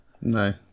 No